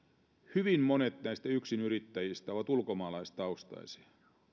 hyvin monet näistä yksinyrittäjistä ovat ulkomaalaistaustaisia